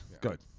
good